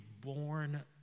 born